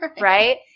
right